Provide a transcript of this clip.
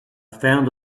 found